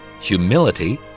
humility